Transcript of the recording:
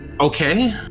Okay